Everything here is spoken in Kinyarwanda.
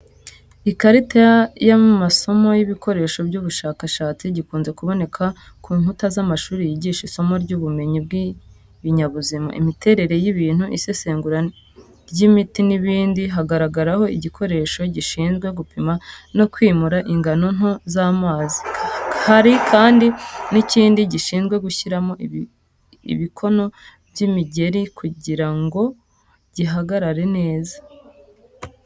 Ikarita y’amasomo y’ibikoresho by'ubushakashatsi gikunze kuboneka ku nkuta z’amashuri yigisha isomo rya ubumenyi bw’ibinyabuzima, imiterere y'ibintu, isesengura ry'imiti n'ibindi. Haragaragaraho igikoresho gishinzwe gupima no kwimura ingano nto z’amazi hari kandi n'ikindi gishinzwe gushyiramo ibikono by’imigeri kugira ngo bihagarare neza.